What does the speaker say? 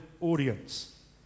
audience